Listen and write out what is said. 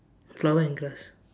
flower and grass